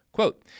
Quote